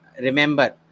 remember